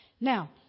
now